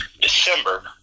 December